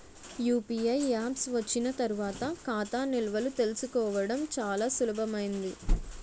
UPI apps వచ్చిన తర్వాత ఖాతా నిల్వలు తెలుసుకోవడం చాలా సులభమైంది